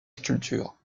sculpture